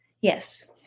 Yes